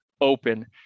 open